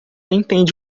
entende